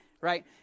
right